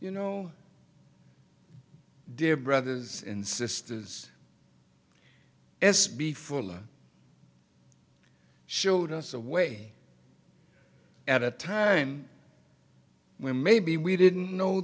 you know dear brothers and sisters s b fuller showed us a way at a time when maybe we didn't know